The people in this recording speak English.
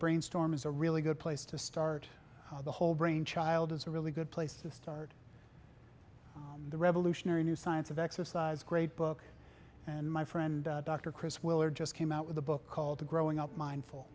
brainstorm is a really good place to start the whole brain child is a really good place to start the revolutionary new science of exercise great book and my friend dr chris willard just came out with a book called growing up mindful